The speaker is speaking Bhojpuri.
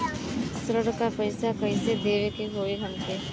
ऋण का पैसा कइसे देवे के होई हमके?